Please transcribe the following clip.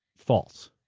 false.